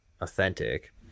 authentic